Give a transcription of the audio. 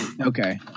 Okay